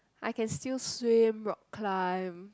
I can still swim rock climb